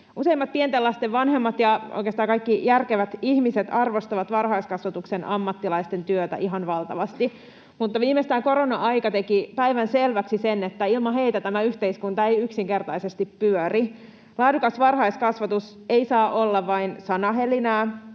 Useimmat pienten lasten vanhemmat ja oikeastaan kaikki järkevät ihmiset arvostavat varhaiskasvatuksen ammattilaisten työtä ihan valtavasti, mutta viimeistään korona-aika teki päivänselväksi sen, että ilman heitä tämä yhteiskunta ei yksinkertaisesti pyöri. Laadukas varhaiskasvatus ei saa olla vain sanahelinää.